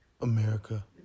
America